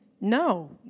No